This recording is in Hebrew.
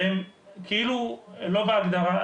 והם כאילו לא בהגדרה,